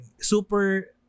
super